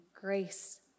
grace